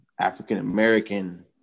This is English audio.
African-American